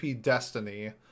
Destiny